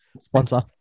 Sponsor